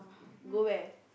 go where